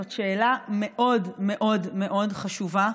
זאת שאלה מאוד מאוד מאוד חשובה,